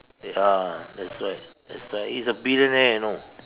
ah that's why that's why he's a billionaire you know